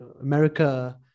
America